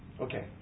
Okay